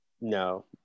No